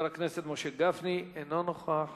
וחבר הכנסת משה גפני, אינו נוכח.